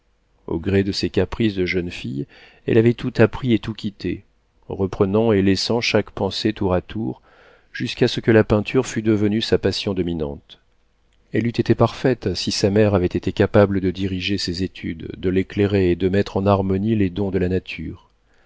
au gré de ses caprices de jeune fille elle avait tout appris et tout quitté reprenant et laissant chaque pensée tour à tour jusqu'à ce que la peinture fût devenue sa passion dominante elle eût été parfaite si sa mère avait été capable de diriger ses études de l'éclairer et de mettre en harmonie les dons de la nature